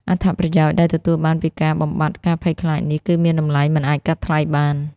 អត្ថប្រយោជន៍ដែលទទួលបានពីការបំបាត់ការភ័យខ្លាចនេះ គឺមានតម្លៃមិនអាចកាត់ថ្លៃបាន។